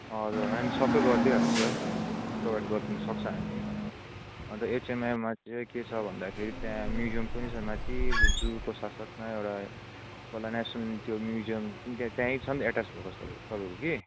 हजुर होइन सबै गरिदिइहाल्छ त्यो प्रोभाइड गर्नुसक्छ हामी अन्त एचएमआईमा चाहिँ के छ भन्दाखेरि त्यहाँ म्युजियम पनि छ माथि जूको साथ साथमा एउटा नेसनल त्यो म्युजियम पनि त्य त्यहीँ छन् एट्याच भएको छ तप् तपाईँको कि